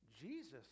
Jesus